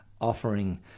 offering